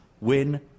win